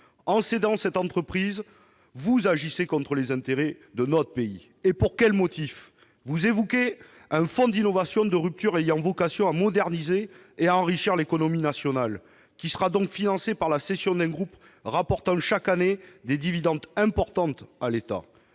En cédant cette entreprise, vous agissez contre les intérêts de notre pays. Et pour quels motifs ? Vous évoquez un fonds d'innovation de rupture ayant vocation à moderniser et à enrichir l'économie nationale et qui sera donc financé par la cession d'un groupe rapportant, chaque année, des dividendes importants à l'État.